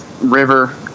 river